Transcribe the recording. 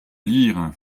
lire